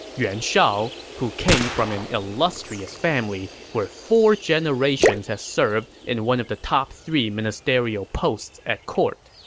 yuan shao, who came from an illustrious family where four generations had served in one of the top three ministerial posts at court.